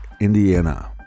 indiana